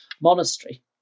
monastery